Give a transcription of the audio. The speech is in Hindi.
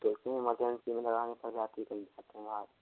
देखिए इमरजेंसी में लगानी पड़ जाती है कई बार